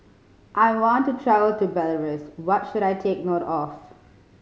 I want to travel to Belarus what should I take note of